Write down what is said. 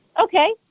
Okay